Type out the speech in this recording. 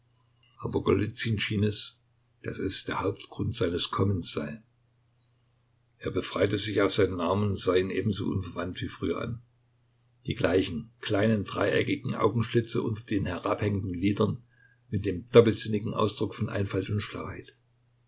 aber golizyn schien es daß es der hauptgrund seines kommens sei er befreite sich aus seinen armen und sah ihn ebenso unverwandt wie früher an die gleichen kleinen dreieckigen augenschlitze unter den herabhängenden lidern mit dem doppelsinnigen ausdruck von einfalt und